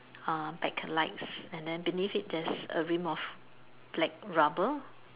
uh back and lights and then beneath there's a rim of black rubber